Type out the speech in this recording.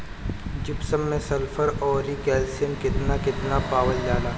Gypsum मैं sulphur औरी calcium कितना कितना पावल जाला?